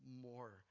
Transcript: more